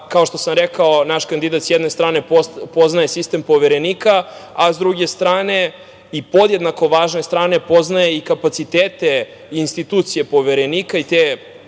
kao što sam rekao naš kandidat sa jedne strane poznaje sistem Poverenika, a sa druge strane i podjednako važne strane poznaje i kapacitete institucije Poverenika i te